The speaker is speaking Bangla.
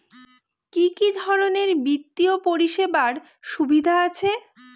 কি কি ধরনের বিত্তীয় পরিষেবার সুবিধা আছে?